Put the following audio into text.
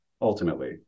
ultimately